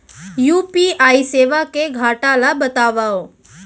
UPI सेवा के घाटा ल बतावव?